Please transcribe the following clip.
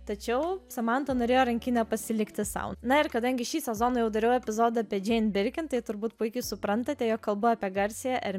tačiau samanta norėjo rankinę pasilikti sau na ir kadangi šį sezoną jau dariau epizodą turbūt puikiai suprantate jog kalba apie garsiąją m